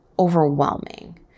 overwhelming